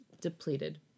depleted